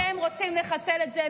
אתם רוצים לחסל את זה,